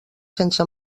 sense